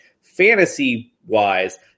fantasy-wise